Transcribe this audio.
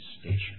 station